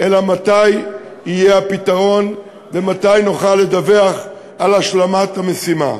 אלא מתי יהיה הפתרון ומתי נוכל לדווח על השלמת המשימה.